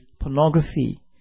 pornography